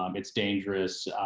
um it's dangerous.